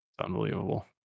Unbelievable